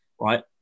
right